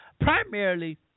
primarily